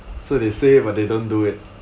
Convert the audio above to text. so they say but they don't do it